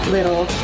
Little